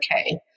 okay